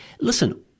listen